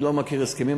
אני לא מכיר הסכמים,